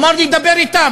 אמר לי: דבר אתם.